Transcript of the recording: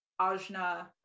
Ajna